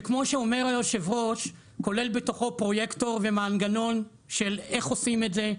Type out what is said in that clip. שכמו שאומר היושב-ראש כולל בתוכו פרויקטור ומנגנון של איך עושים את זה,